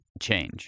change